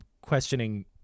questioning